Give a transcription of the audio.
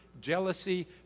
jealousy